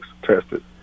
tested